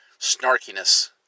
snarkiness